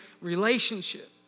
relationship